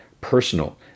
personal